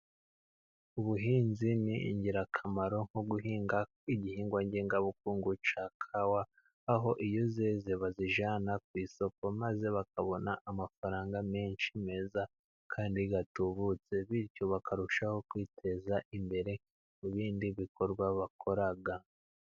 Ubuhinzi ni ingirakamaro nko guhinga igihingwa ngengabukungu cya kawa, aho iyo zeze bazijyana ku isoko, maze bakabona amafaranga menshi meza, kandi atubutse, bityo bakarushaho kwiteza imbere mu bindi bikorwa bakora.